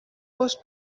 was